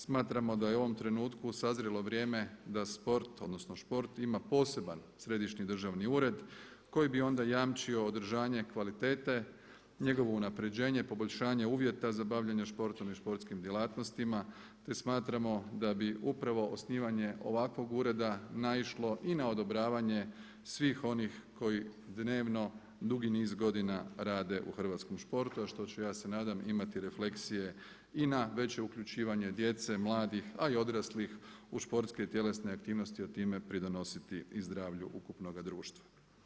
Smatramo da je u ovom trenutku sazrelo vrijeme da sport odnosno šport ima poseban središnji državni ured koji bi onda jamčio održanje kvalitete, njegovo unaprjeđenje, poboljšanje uvjeta za bavljenje športom i športskim djelatnostima te smatramo da bi upravo osnivanje ovakvog ureda naišlo i na odobravanje svih onih koji dnevno dugi niz godina rade u hrvatskom športu a što ću ja se nadam imati refleksije i na veće uključivanje djece, mladih a i odraslih u športske i tjelesne aktivnosti i time pridonositi i zdravlju ukupnoga društva.